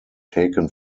taken